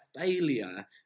failure